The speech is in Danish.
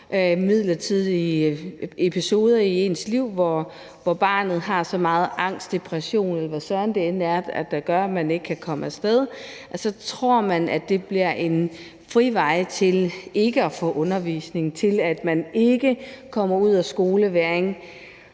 midlertidige episoder i folks liv, hvor barnet har så meget angst, depression, eller hvad søren det end er, der gør, at de ikke kan komme af sted, så tror man, at det bliver en frivej til ikke at få undervisning og til ikke at komme ud af skolevægring.